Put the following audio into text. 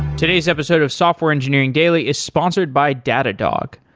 today's episode of software engineering daily is sponsored by datadog.